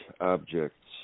objects